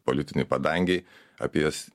politinėj padangėj apie jas